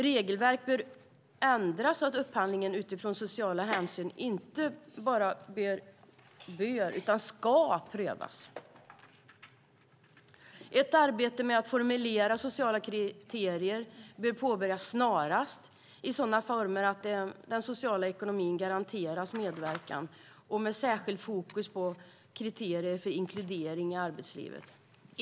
Regelverket bör ändras så att upphandlingen inte bara bör utan ska prövas utifrån sociala hänsyn. Ett arbete med att formulera sociala kriterier bör påbörjas snarast i sådana former att den sociala ekonomin garanteras medverkan, och det ska vara ett särskilt fokus på kriterier för inkludering i arbetslivet.